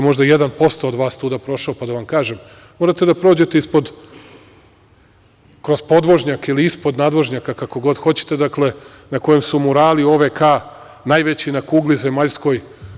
Možda je 1% od vas tuda prošao, pa da vam kažem da morate da prođete kroz podvožnjake ili ispod nadvožnjaka, kako god hoćete, na kojem su murali OVK-a najveći na kugli zemaljskoj.